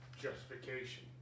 justification